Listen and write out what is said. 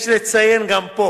יש לציין גם פה